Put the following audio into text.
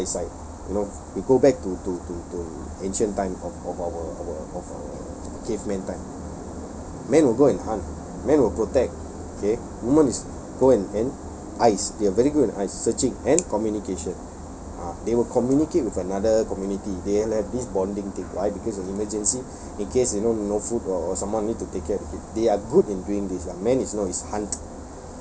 they have very good eyesight you know you go back to to to to ancient time of of our our of our cavemen time men will go and hunt men will protect okay women is go and and eyes they're very good at searching and communication ah they will communicate with another community they will have this bonding thing why because of emergency in case you know no food or or someone need to take care they are good in doing this ya man is no is hunt